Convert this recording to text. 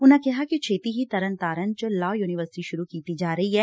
ਉਨੂਾ ਕਿਹਾ ਕਿ ਛੇਤੀ ਹੀ ਤਰਨਤਾਰਨ ਚ ਲਾਅ ਯੂਨੀਵਰਸਿਟੀ ਸੁਰੂ ਕੀਤੀ ਜਾ ਰਹੀ ਐ